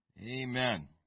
Amen